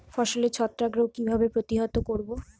ফসলের ছত্রাক রোগ কিভাবে প্রতিহত করব?